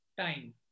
time